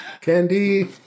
candy